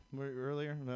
earlier